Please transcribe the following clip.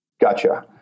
Gotcha